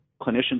Clinicians